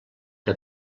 que